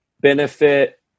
benefit